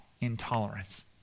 intolerance